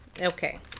Okay